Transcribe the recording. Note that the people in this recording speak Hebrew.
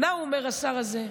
מה הוא אומר, השר הזה,